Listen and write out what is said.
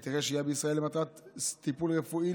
היתרי שהייה בישראל למטרת טיפול רפואי,